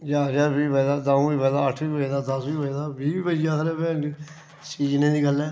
ज्हार ज्हार बी बचदा द'ऊं बी बचदा अट्ठ बी बचदा दस्स बी बचदा बीऽ बी बची जा खबरै सीजनै दी गल्ल ऐ